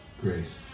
grace